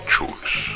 choice